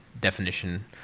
definition